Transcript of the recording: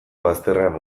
bazterrean